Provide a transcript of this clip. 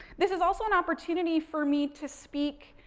this is also an opportunity for me to speak